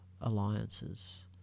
alliances